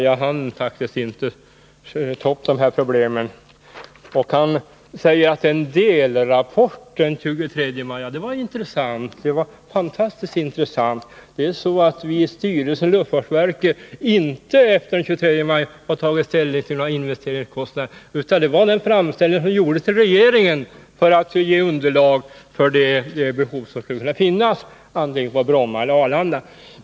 Jag hann faktiskt inte ta upp de problem som statsrådet Adelsohn nämnde. Statsrådet sade att rapporten den 23 maj var en delrapport. Det var en fantastiskt intressant uppgift. I styrelsen för luftfartsverket har vi nämligen inte efter den 23 maj tagit ställning till några investeringskostnader. Det gjordes i framställningen till regeringen för att ge underlag till en bedömning av behovet, antingen på Arlanda eller på Bromma.